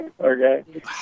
Okay